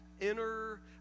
inner